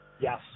Yes